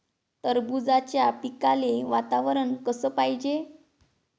टरबूजाच्या पिकाले वातावरन कस पायजे?